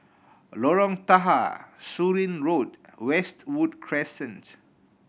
Lorong Tahar Surin Road Westwood Crescent